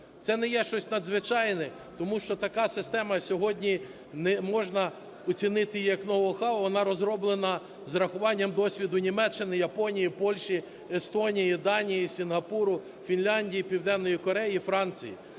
Це не є щось надзвичайне, тому що така система, сьогодні не можна оцінити її як ноу-хау, вона розроблена з врахуванням досвіду Німеччини, Японії, Польщі, Естонії, Данії, Сінгапуру, Фінляндії, Південної Кореї і Франції.